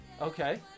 Okay